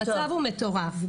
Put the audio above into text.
המצב הוא מטורף.